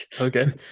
Okay